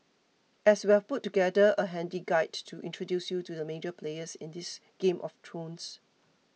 as we have put together a handy guide to introduce you to the major players in this game of thrones